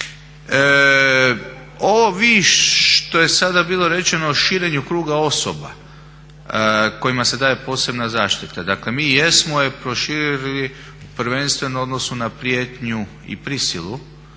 vi što je sada bilo rečeno širenju kruga osoba kojima se daje posebna zaštita. Dakle mi jesmo je proširili prvenstveno u odnosu na prijetnju i prisilu.